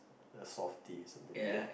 a softie something like that